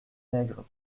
nègre